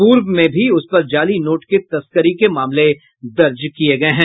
पूर्व में भी उस पर जाली नोट के तस्करी के मामले दर्ज हुए हैं